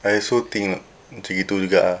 I also think macam itu juga ah